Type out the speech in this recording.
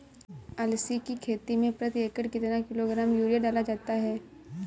अलसी की खेती में प्रति एकड़ कितना किलोग्राम यूरिया डाला जाता है?